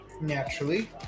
Naturally